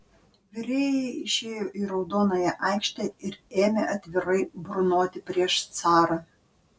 virėjai išėjo į raudonąją aikštę ir ėmė atvirai burnoti prieš carą